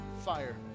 Fire